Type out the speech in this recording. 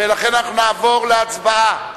ולכן אנחנו נעבור להצבעה.